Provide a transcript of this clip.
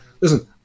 listen